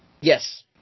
Yes